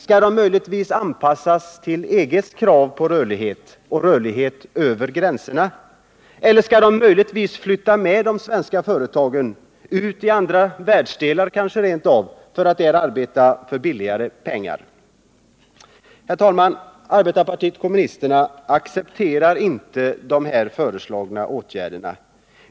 Skall de möjligtvis anpassas till EG:s krav på rörlighet över gränserna, eller skall de flytta med de svenska företagen till andra världsdelar för att där arbeta för lägre lön? Herr talman! Arbetarpartiet kommunisterna accepterar inte de åtgärder som här föreslås.